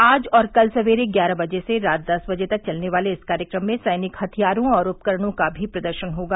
आज और कल सवेरे ग्यारह बजे से रात दस बजे तक चलने वाले इस कार्यक्रम में सैनिक हथियारों और उपकरणों का भी प्रदर्शन होगा